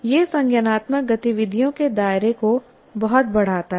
यह संज्ञानात्मक गतिविधियों के दायरे को बहुत बढ़ाता है